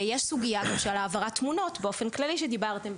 יש סוגיה של העברת תמונות באופן כללי שדיברתם,